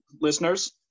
listeners